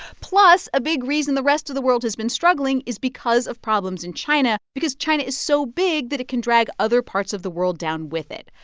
plus, a big reason the rest of the world has been struggling is because of problems in china because china is so big that it can drag other parts of the world down with it.